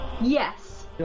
Yes